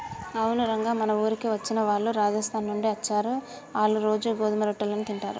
అవును రంగ మన ఊరికి వచ్చిన వాళ్ళు రాజస్థాన్ నుండి అచ్చారు, ఆళ్ళ్ళు రోజూ గోధుమ రొట్టెలను తింటారు